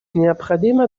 необходимо